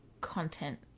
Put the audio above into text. content